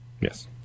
Yes